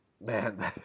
Man